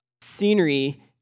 scenery